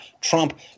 Trump